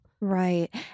Right